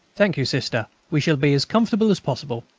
thank you, sister we shall be as comfortable as possible.